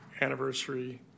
anniversary